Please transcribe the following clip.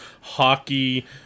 hockey